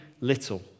little